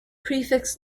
prefix